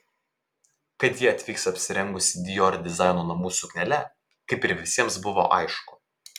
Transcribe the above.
kad ji atvyks apsirengusi dior dizaino namų suknele kaip ir visiems buvo aišku